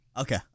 okay